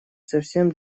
совсем